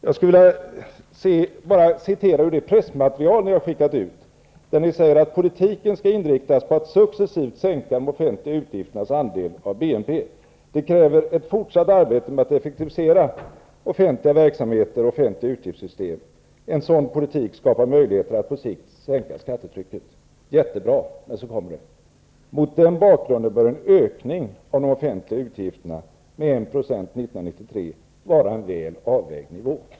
Jag vill citera ur det pressmaterial ni har skickat ut: ''Politiken skall inriktas på att successivt sänka de offentliga utgifternas andel av BNP. Det kräver ett fortsatt arbete med att effektivisera de offentliga verksamheterna och de offentliga utgiftssystemen. En sådan politik skapar möjligheter att på sikt sänka skattetrycket.'' Jättebra! Men så kommer det: ''Mot den bakgrunden bör en ökning av de offentliga utgifterna med 1 % 1993 vara en väl avvägd nivå.''